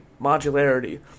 modularity